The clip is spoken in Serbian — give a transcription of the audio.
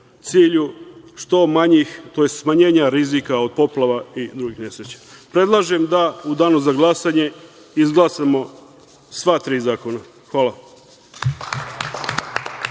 itd, a sve u cilju smanjenja rizika od poplava i drugih nesreća. Predlažem da u danu za glasanje izglasamo sva tri zakona. Hvala.